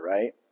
Right